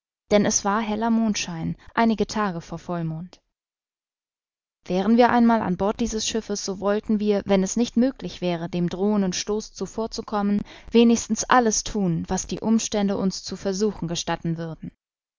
denn es war heller mondschein einige tage vor vollmond wären wir einmal an bord dieses schiffes so wollten wir wenn es nicht möglich wäre dem drohenden stoß zuvorzukommen wenigstens alles thun was die um stände uns zu versuchen gestatten würden